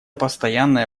постоянная